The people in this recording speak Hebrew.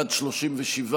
ממשלה)